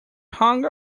hung